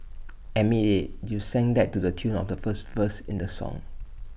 admit IT you sang that to the tune of the first verse in the song